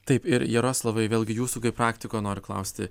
taip ir jaroslavai vėlgi jūsų kaip praktiko noriu klausti